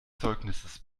zeugnisses